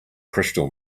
crystal